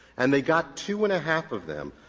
and they got two and a half of them.